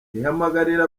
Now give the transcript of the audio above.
ihamagarira